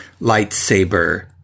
lightsaber